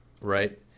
Right